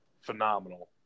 phenomenal